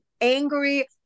angry